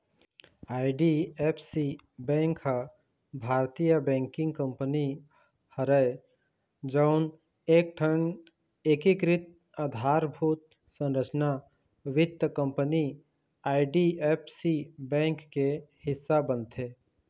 IDFC bank ह भारतीय banking company हरय जउन एकठन एकीकृत अधारभूत संरचना वित्त कंपनी आई.डी.एफ.सी बेंक के हिस्सा बनथे